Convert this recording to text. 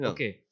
Okay